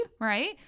right